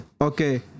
okay